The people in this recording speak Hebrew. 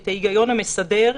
את ההיגיון המסדר,